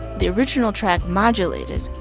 the original track modulated,